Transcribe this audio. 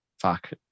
Fuck